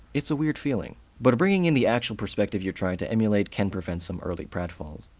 it's a weird feeling. but bringing in the actual perspective you're trying to emulate can prevent some early pratfalls.